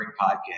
podcast